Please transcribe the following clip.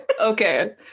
Okay